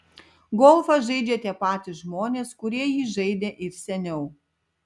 golfą žaidžia tie patys žmonės kurie jį žaidė ir seniau